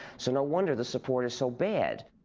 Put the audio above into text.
so no wonder the support is so bad.